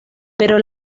pero